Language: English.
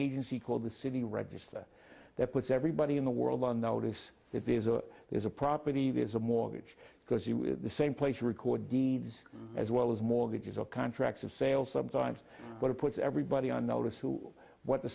agency called the city register that puts everybody in the world on notice that there's a there's a property there's a mortgage because the same place record deeds as well as mortgages or contracts of sale sometimes but it puts everybody on notice to what the